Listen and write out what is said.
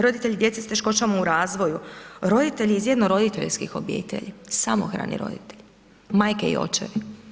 Roditelji djece s teškoćama u razvoju, roditelji iz jednoroditeljskih obitelji, samohrani roditelj, majke i očevi.